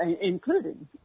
including